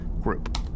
group